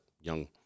young